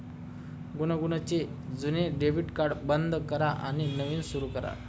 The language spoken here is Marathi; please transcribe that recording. गुनगुनचे जुने डेबिट कार्ड बंद करा आणि नवीन सुरू करा